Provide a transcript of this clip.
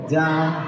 down